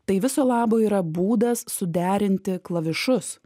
tai viso labo yra būdas suderinti klavišus